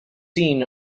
seen